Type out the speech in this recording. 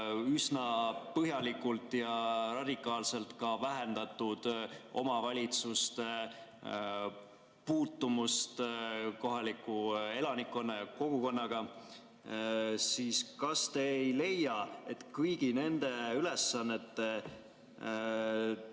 üsna põhjalikult ja radikaalselt vähendatud ka omavalitsuste puutumust kohaliku elanikkonna ja kogukonnaga, siis kas te ei leia, et kõigi nende ülesannete